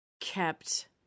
kept